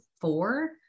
four